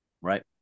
Right